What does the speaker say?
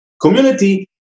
community